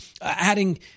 adding